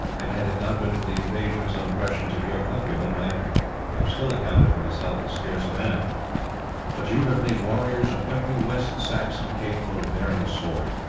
and had it not been for the invasions and oppressions of your countrymen, might have still accounted myself as scarce a man but you have made warriors of every west saxon capable of bearing a sword.